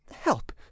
help